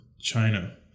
China